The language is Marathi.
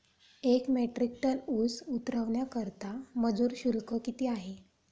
एक मेट्रिक टन ऊस उतरवण्याकरता मजूर शुल्क किती आहे?